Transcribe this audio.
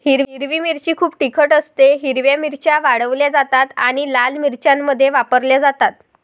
हिरवी मिरची खूप तिखट असतेः हिरव्या मिरच्या वाळवल्या जातात आणि लाल मिरच्यांमध्ये वापरल्या जातात